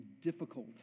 difficult